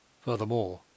Furthermore